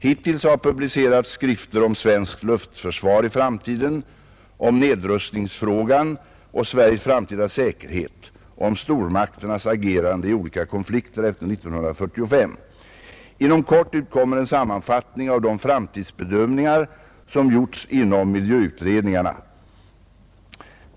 Hittills har publicerats skrifter om svenskt luftförsvar i framtiden, om nedrustningsfrågan och Sveriges framtida säkerhet och om stormakternas agerande i olika konflikter efter år 1945. Inom kort utkommer en sammanfattning av de framtidsbedömningar som gjorts inom miljöutredningarna.